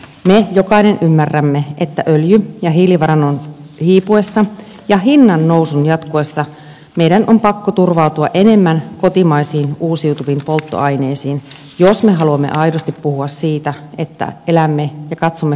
meistä jokainen ymmärtää että öljy ja hiilivarannon hiipuessa ja hinnannousun jatkuessa meidän on pakko turvautua enemmän kotimaisiin uusiutuviin polttoaineisiin jos me haluamme aidosti puhua siitä että katsomme biotalouteen